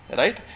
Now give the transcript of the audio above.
right